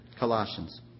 Colossians